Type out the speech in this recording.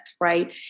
Right